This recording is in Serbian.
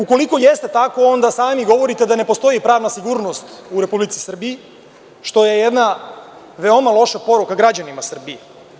Ukoliko jeste tako, onda sami govorite da ne postoji pravna sigurnost u Republici Srbiji, što je jedna veoma loša poruka građanima Srbije.